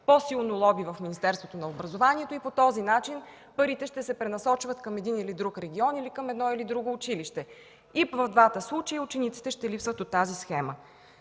по-силно лоби в Министерството на образованието и науката и по този начин парите ще се пренасочват към един или друг регион, или към едно или друго училище. И в двата случая учениците ще липсват от тази схема.